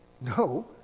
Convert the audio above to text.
No